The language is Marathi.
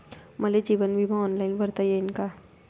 मले जीवन बिमा ऑनलाईन भरता येईन का?